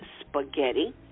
spaghetti